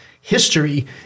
history